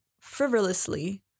frivolously